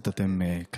לא, לא.